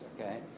okay